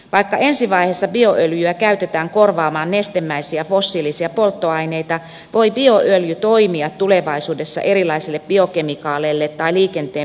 vaikka ensi vaiheessa bioöljyä käytetään korvaamaan nestemäisiä fossiilisia polttoaineita voi bioöljy toimia tulevaisuudessa erilaisille biokemikaaleille tai liikenteen polttoaineille pohjana